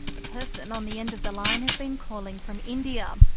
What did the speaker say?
the person on the end of the line has been calling from india.